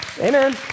amen